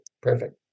perfect